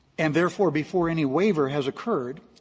and, therefore, before any waiver has occurred,